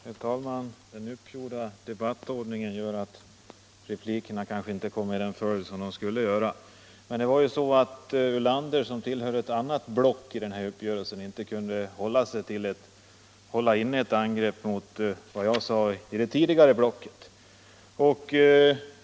Herr talman! Den uppgjorda debattordningen gör att replikerna inte kommer i den följd de borde komma. Herr Ulander, som tillhör ett annat block i den debattindelning vi har gjort, kunde inte hålla inne ett angrepp mot vad jag sade i ett tidigare block.